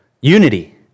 unity